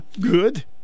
good